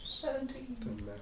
Seventeen